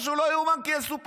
משהו, לא יאומן כי יסופר.